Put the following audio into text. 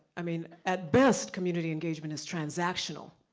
i mean at best, community engagement is transactional.